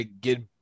get